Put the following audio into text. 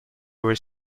were